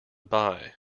buy